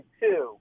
two